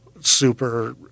super